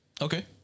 Okay